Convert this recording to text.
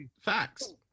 facts